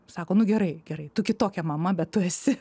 sako nu gerai gerai tu kitokia mama bet tu esi